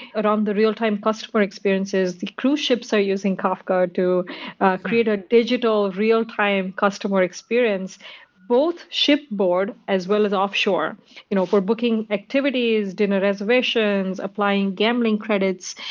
but um the real-time customer experiences, cruise ships are using kafka to create a digital real-time customer experience both shipboard as well as offshore. you know if we're booking activities, dinner reservations, applying gambling credits,